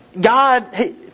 God